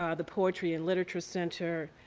um the poetry and literature center,